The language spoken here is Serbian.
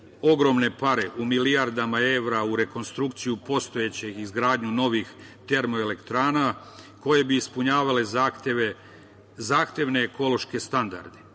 ogromne pare u milijardama evra u rekonstrukciju postojećeg i izgradnju novih termoelektrana koje bi ispunjavale zahtevne ekološke standarde,